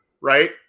right